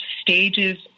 stages